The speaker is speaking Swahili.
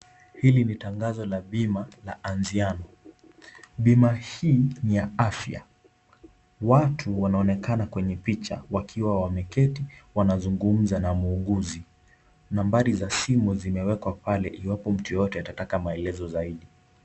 Hili ni tangazo la bima ya Anziano. Bima hii ni ya afya. Watu wanaonekana kwenye picha wakiwa wameketi wanazungumza na muuguzi. Nambari za simu zimewekwa pale iwapo mtu yoyoye atataka maelezo zaidi.